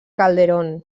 calderón